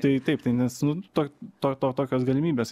tai taip tai nes nu to to to tokios galimybės